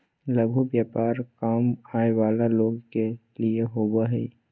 लघु व्यापार कम आय वला लोग के लिए होबो हइ